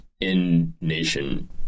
in-nation